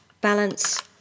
balance